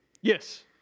Yes